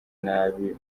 nabi